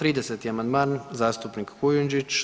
30. amandman zastupnik Kujundžić.